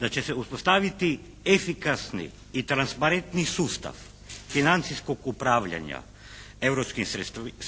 da će se uspostaviti efikasni i transparentni sustav financijskog upravljanja europskim